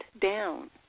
down